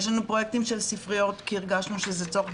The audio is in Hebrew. יש לנו פרויקטים של ספריות כי הרגשנו שזה צורך,